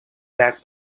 back